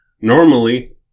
normally